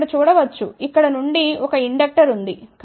మీరు ఇక్కడ చూడ వచ్చు ఇక్కడ నుండి ఒక ఇండక్టర్ ఉంది